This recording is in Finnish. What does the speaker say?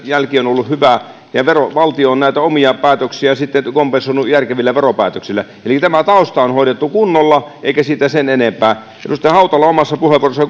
jälki on ollut hyvä valtio on näitä omia päätöksiä sitten kompensoinut järkevillä veropäätöksillä eli tämä tausta on hoidettu kunnolla eikä siitä sen enempää edustaja hautala omassa puheenvuorossaan